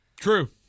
True